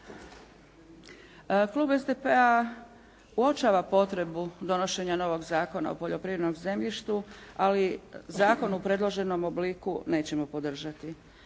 Klub SDP-a uočava potrebu donošenja novog Zakona o poljoprivrednom zemljištu ali zakon u predloženom obliku nećemo podržati.